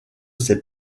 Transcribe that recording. ses